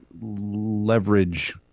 leverage